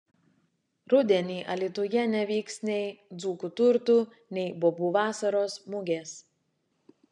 rudenį alytuje nevyks nei dzūkų turtų nei bobų vasaros mugės